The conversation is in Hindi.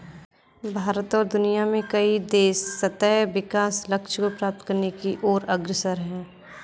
भारत और दुनिया में कई देश सतत् विकास लक्ष्य को प्राप्त करने की ओर अग्रसर है